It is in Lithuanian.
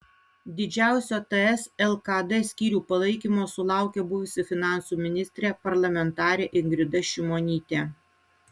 didžiausio ts lkd skyrių palaikymo sulaukė buvusi finansų ministrė parlamentarė ingrida šimonytė